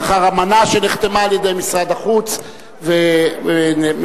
לאחר אמנה שנחתמה על-ידי משרד החוץ עם ניו-זילנד.